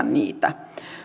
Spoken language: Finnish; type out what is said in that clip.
niitä